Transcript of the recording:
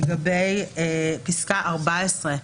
פסקה (14),